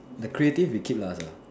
the creative you keep last lah